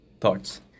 Thoughts